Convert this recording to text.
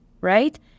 right